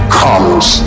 comes